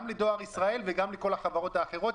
גם לדואר ישראל וגם לכל החברות האחרות.